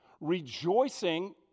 rejoicing